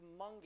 humongous